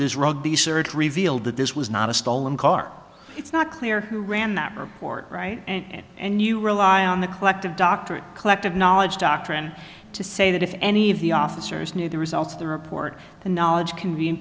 this rugby search revealed that this was not a stolen car it's not clear who ran that report right and and you rely on the collective doctorate collective knowledge doctrine to say that if any of the officers knew the results of the report the knowledge can be